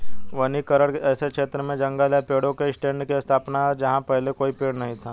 वनीकरण ऐसे क्षेत्र में जंगल या पेड़ों के स्टैंड की स्थापना है जहां पहले कोई पेड़ नहीं था